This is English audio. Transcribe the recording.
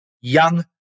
young